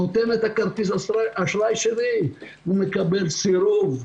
נותן את הכרטיס אשראי שלי ומקבל סירוב.